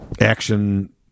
action